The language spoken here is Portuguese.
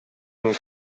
com